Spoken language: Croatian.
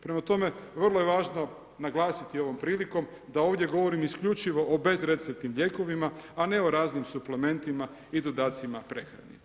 Prema tome, vrlo je važno naglasiti ovom prilikom da ovdje govorim isključivo o bezreceptnim lijekovima a ne o raznim suplementima i dodacima prehrani.